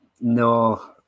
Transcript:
no